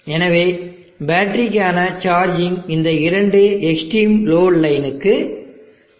எனவே பேட்டரிக்கான சார்ஜிங் இந்த இரண்டு எக்ஸ்ட்ரீம் லோடு லைனுக்கு இடையில் ஏற்படுவதை நீங்கள் காண்பீர்கள்